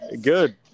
good